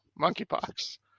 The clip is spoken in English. monkeypox